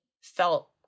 felt